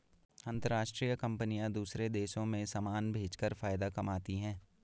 अंतरराष्ट्रीय कंपनियां दूसरे देशों में समान भेजकर फायदा कमाती हैं